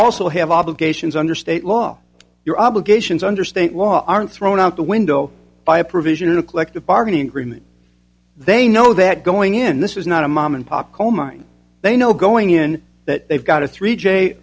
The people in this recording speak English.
also have obligations under state law your obligations under state law aren't thrown out the window by a provision in a collective bargaining agreement they know that going in this is not a mom and pop call mine they know going in that they've got a three j